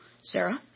Sarah